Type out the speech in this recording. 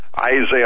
Isaiah